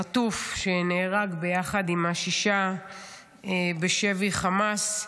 החטוף שנהרג ביחד עם השישה בשבי חמאס.